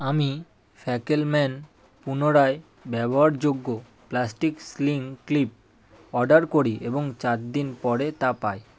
আমি ফ্যাকেলম্যান পুনরায় ব্যবহারযোগ্য প্লাস্টিক স্লিং ক্লিপ অর্ডার করি এবং চার দিন পরে তা পাই